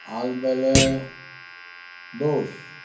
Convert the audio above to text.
आल्बेले दोश